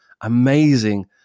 amazing –